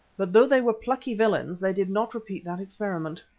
but though they were plucky villains they did not repeat that experiment.